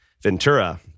Ventura